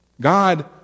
God